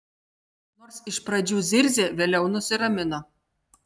nors iš pradžių zirzė vėliau nusiramino